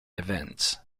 events